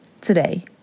today